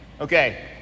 Okay